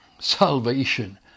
Salvation